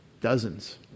Dozens